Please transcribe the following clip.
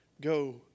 Go